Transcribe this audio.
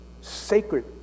sacred